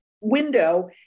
window